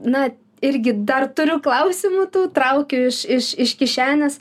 na irgi dar turiu klausimų tų traukiu iš iš iš kišenės